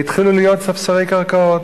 התחילו להיות ספסרי קרקעות,